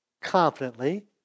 confidently